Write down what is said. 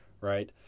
right